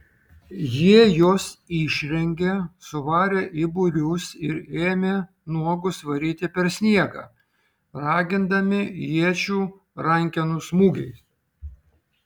jie juos išrengė suvarė į būrius ir ėmė nuogus varyti per sniegą ragindami iečių rankenų smūgiais